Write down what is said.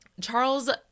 charles